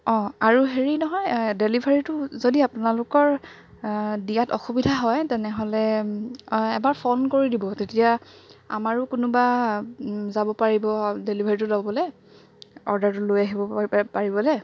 অঁ আৰু হেৰি নহয় ডেলিভাৰীটো যদি আপোনালোকৰ দিয়াত অসুবিধা হয় তেনেহ'লে এবাৰ ফোন কৰি দিব তেতিয়া আমাৰো কোনোবা যাব পাৰিব ডেলিভাৰীটো ল'বলৈ অৰ্ডাৰটো লৈ আহিব পাৰিবলৈ